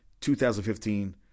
2015